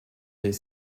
des